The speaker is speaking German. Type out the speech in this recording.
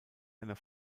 einer